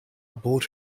bought